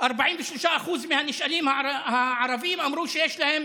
43% מהנשאלים הערבים אמרו שיש להם